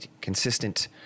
consistent